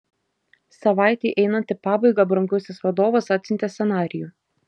savaitei einant į pabaigą brangusis vadovas atsiuntė scenarijų